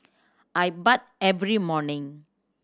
I bathe every morning